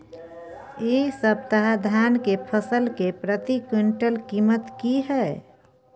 इ सप्ताह धान के फसल के प्रति क्विंटल कीमत की हय?